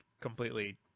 completely